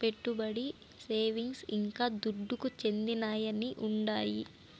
పెట్టుబడి, సేవింగ్స్, ఇంకా దుడ్డుకు చెందినయ్యన్నీ ఉండాయి